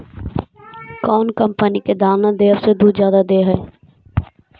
कौन कंपनी के दाना देबए से दुध जादा दे है?